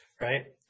right